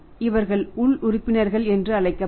இவர்கள் உள் உறுப்பினர் என்று அழைக்கப்படும்